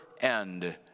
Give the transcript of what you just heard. end